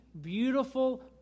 beautiful